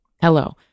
Hello